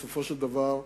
בסופו של דבר,